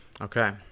okay